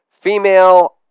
Female